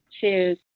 Cheers